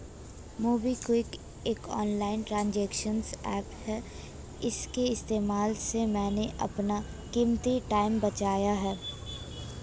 MobiKwik एक online transaction app है इसके इस्तेमाल से मैंने अपना कीमती टाइम बचाया है